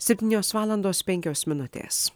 septynios valandos penkios minutės